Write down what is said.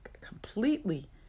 completely